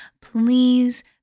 please